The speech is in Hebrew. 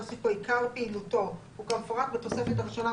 מוצע להוסיף בו: עיקר פעילותו הוא כמפורט בתוספת הראשונה.